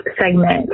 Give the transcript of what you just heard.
segment